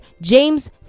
James